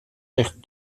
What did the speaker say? ligt